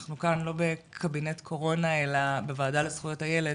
אנחנו פה בוועדה לזכויות הילד